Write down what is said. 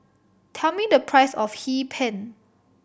tell me the price of Hee Pan